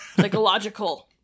Psychological